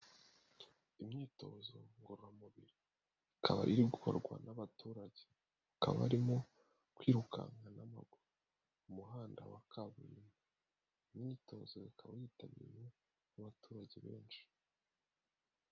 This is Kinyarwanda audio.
Imyitozo ngororamubiri ikaba iri gukorwa n'abaturage, bakaba barimo kwirukanka n'amaguru ku muhanda wa kaburimbo, imyitozo ikaba yitabiriweabaturage benshi.